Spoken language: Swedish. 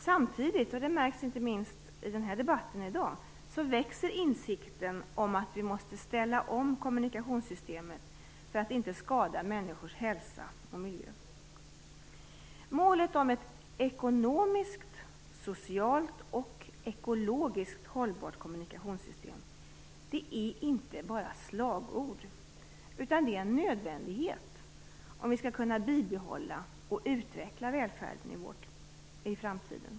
Samtidigt, det märks inte minst i debatten i dag, växer insikten om att vi måste ställa om kommunikationssystemet för att inte skada människors hälsa och miljö. Målet om ett ekonomiskt, socialt och ekologiskt hållbart kommunikationssystem är inte bara slagord utan en nödvändighet om vi skall kunna behålla och utveckla välfärden i framtiden.